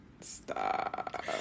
Stop